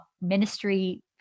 ministry